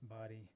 body